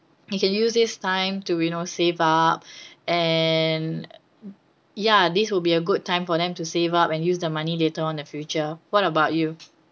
they can use this time to you know save up and ya this will be a good time for them to save up and use the money later on the future what about you